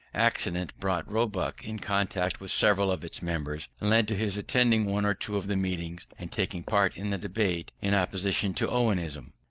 accident brought roebuck in contact with several of its members, and led to his attending one or two of the meetings and taking part in the debate in opposition to owenism.